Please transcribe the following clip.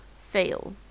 fail